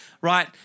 Right